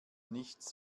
nichts